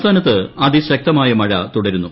സംസ്ഥാനത്ത് അതിശക്തമായ മഴ തുടരുന്നു